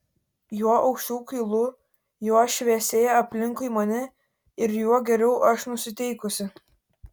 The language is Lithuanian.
juo aukščiau kylu juo šviesėja aplinkui mane ir juo geriau aš nusiteikusi